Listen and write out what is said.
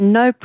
no